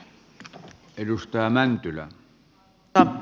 arvoisa puhemies